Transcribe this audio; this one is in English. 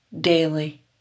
daily